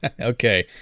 Okay